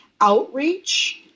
outreach